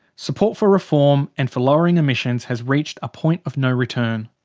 support for reform and for lowering emissions has reached a point of no return.